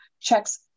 checks